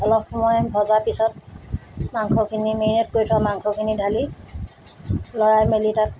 অলপ সময় ভজা পিছত মাংসখিনি মেৰিনেট কৰি থোৱা মাংসখিনি ঢালি লৰাই মেলি তাত